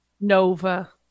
Nova